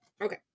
okay